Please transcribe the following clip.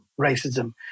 racism